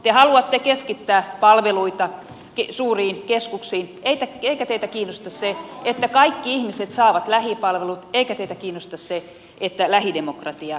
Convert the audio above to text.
te haluatte keskittää palveluita suuriin keskuksiin eikä teitä kiinnosta se että kaikki ihmiset saavat lähipalvelut eikä teitä kiinnosta se että lähidemokratia toimii